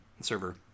server